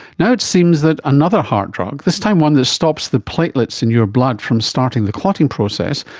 now it seems that another heart drug, this time one that stops the platelets in your blood from starting the clotting process,